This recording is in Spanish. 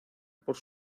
por